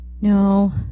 no